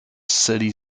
city